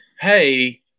Hey